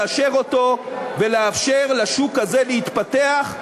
לאשר אותו ולאפשר לשוק הזה להתפתח.